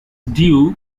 due